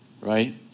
Right